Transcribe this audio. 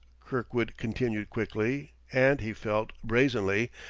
kirkwood continued quickly, and, he felt, brazenly,